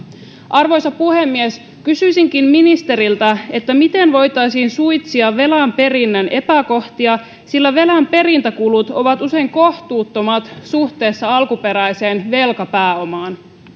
arvoisa puhemies kysyisinkin ministeriltä miten voitaisiin suitsia velan perinnän epäkohtia sillä velan perintäkulut ovat usein kohtuuttomat suhteessa alkuperäiseen velkapääomaan